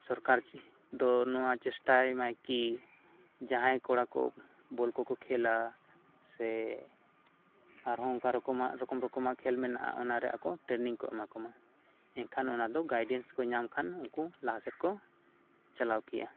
ᱥᱚᱨᱠᱟᱨ ᱫᱚ ᱱᱚᱣᱟ ᱪᱮᱥᱴᱟᱭ ᱢᱟᱭ ᱠᱤ ᱡᱟᱦᱟᱭ ᱠᱚᱲᱟ ᱠᱚ ᱵᱚᱞ ᱠᱚᱠᱚ ᱠᱷᱮᱞᱟ ᱥᱮ ᱟᱨᱦᱚᱸ ᱚᱱᱠᱟ ᱨᱚᱠᱚᱢᱟᱜ ᱨᱚᱠᱚᱢ ᱨᱚᱠᱚᱢᱟᱜ ᱠᱷᱮᱞ ᱢᱮᱱᱟᱜᱼᱟ ᱚᱱᱟ ᱨᱮ ᱟᱠᱚ ᱴᱨᱮᱱᱤᱝ ᱠᱚ ᱮᱢᱟ ᱠᱚᱢᱟ ᱮᱱᱠᱷᱟᱱ ᱚᱱᱟᱫᱚ ᱜᱟᱭᱰᱮᱱᱥ ᱠᱚ ᱧᱟᱢ ᱠᱷᱟᱱ ᱩᱱᱠᱩ ᱞᱟᱦᱟᱥᱮᱫ ᱠᱚ ᱪᱟᱞᱟᱣ ᱠᱮᱭᱟ